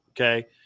Okay